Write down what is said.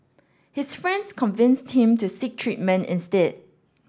his friends convinced him to seek treatment instead